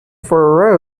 for